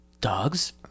dogs